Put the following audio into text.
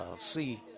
see